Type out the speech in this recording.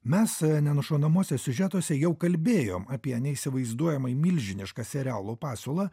mes nenušaunamuose siužetuose jau kalbėjom apie neįsivaizduojamai milžinišką serialų pasiūlą